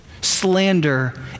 Slander